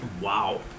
Wow